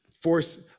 force